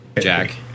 Jack